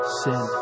sin